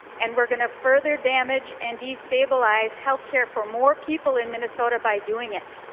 and we are going to further damage and destabilize healthcare for more people in minnesota by doing it.